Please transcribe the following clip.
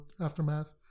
Aftermath